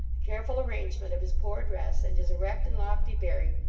the careful arrangement of his poor dress, and his erect and lofty bearing,